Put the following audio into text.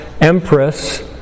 empress